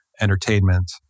entertainment